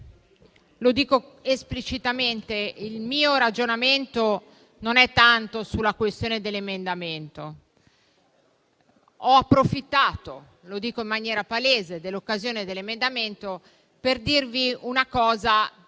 dico esplicitamente che il mio ragionamento non è tanto sulla questione dell'emendamento 1.15. Ho approfittato, lo dico in maniera palese, della votazione di tale emendamento per dirvi una cosa della